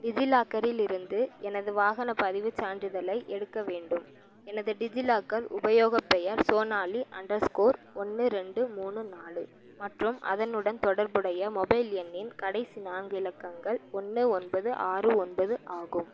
டிஜிலாக்கரில் இருந்து எனது வாகனப் பதிவுச் சான்றிதழை எடுக்க வேண்டும் எனது டிஜிலாக்கர் உபயோகப் பெயர் சோனாலி அண்டர்ஸ்க்கோர் ஒன்று ரெண்டு மூணு நாலு மற்றும் அதனுடன் தொடர்புடைய மொபைல் எண்ணின் கடைசி நான்கு இலக்கங்கள் ஒன்று ஒன்பது ஆறு ஒன்பது ஆகும்